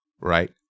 right